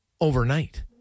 overnight